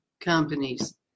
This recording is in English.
companies